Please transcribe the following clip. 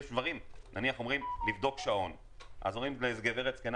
אם צריך למשל לבדוק שעון ואומרים לגברת זקנה